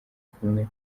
kumwe